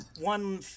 one